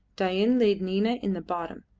dain laid nina in the bottom,